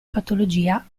patologia